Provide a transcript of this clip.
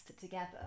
together